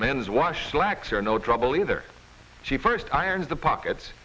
men's wash slacks are no trouble either she first ironed the pockets